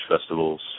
festivals